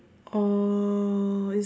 oh